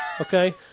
okay